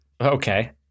Okay